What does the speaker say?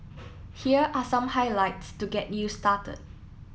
here are some highlights to get you started